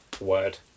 Word